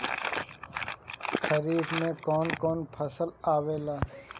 खरीफ में कौन कौन फसल आवेला?